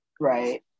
Right